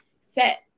set